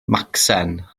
macsen